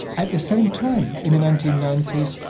at the same time, in the nineteen ninety s,